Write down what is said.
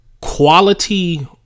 quality